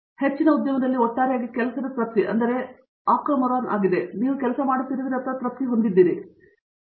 ಮತ್ತು ಹೆಚ್ಚಿನ ಉದ್ಯಮದಲ್ಲಿ ಒಟ್ಟಾರೆಯಾಗಿ ಕೆಲಸದ ತೃಪ್ತಿ ಎಂದರೆ ಆಕ್ರೊಮೋರಾನ್ ಆಗಿದೆ ಅಂದರೆ ನೀವು ಕೆಲಸ ಮಾಡುತ್ತಿರುವಿರಿ ಅಥವಾ ನೀವು ತೃಪ್ತಿ ಹೊಂದಿದ್ದೀರಿ ಆದ್ದರಿಂದ ಇದು ಸರಿಯಾಗಿದೆ